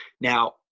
Now